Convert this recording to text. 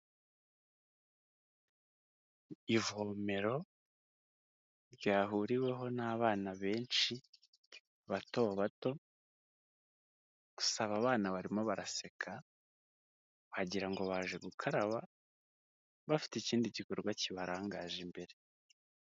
Ivomero ryahuriweho n'abana benshi bato bato gusa abo bana barimo baraseka wagira ngo baje gukaraba bafite ikindi gikorwa kibarangaje imbere.